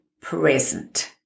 present